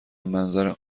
منظر